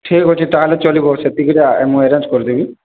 ଠିକ ଅଛି ତାହେଲେ ଚଳିବ ସେତିକିରେ ମୁଁ ଆରେଞ୍ଜ କରିଦେବି